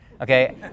okay